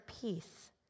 peace